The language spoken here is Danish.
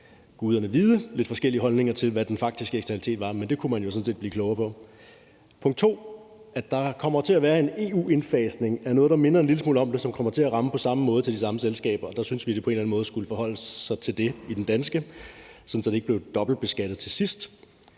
guderne vide, lidt forskellige holdninger til, hvad den faktiske eksternalitet var, men det kunne man jo sådan set blive klogere på. Punkt 2 var, at der kommer til at være en EU-indfasning af noget, der minder en lille smule om det, og som kommer til at ramme på samme måde og de samme selskaber, og der syntes vi, at det på en eller anden måde skulle forholde sig til det i det danske, sådan at det ikke til sidst